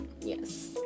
Yes